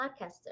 podcaster